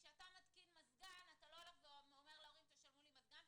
כשאתה מתקין מזגן אתה לא הולך להורים ומבקש שישלמו עבור המזגן,